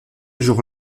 jour